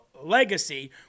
legacy